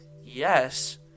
yes